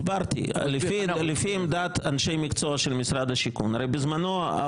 לפי עמדת אנשי המקצוע של משרד השיכון אתה